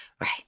Right